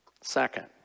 Second